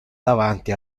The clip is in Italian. davanti